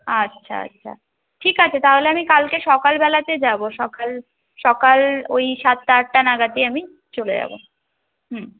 আচ্ছা আচ্ছা ঠিক আছে তাহলে আমি কালকে সকালবেলাতে যাবো সকাল সকাল ওই সাতটা আটটা নাগাদই আমি চলে যাবো হুম